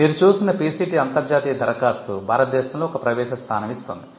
మీరు చూసిన PCT అంతర్జాతీయ దరఖాస్తు భారతదేశంలో ఒక ప్రవేశ స్థానం ఇస్తుంది